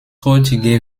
heutige